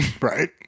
Right